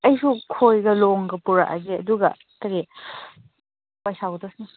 ꯑꯩꯁꯨ ꯈꯣꯏꯒ ꯂꯣꯡꯒ ꯄꯨꯔꯛꯑꯒꯦ ꯑꯗꯨꯒ ꯀꯔꯤ